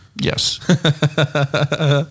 Yes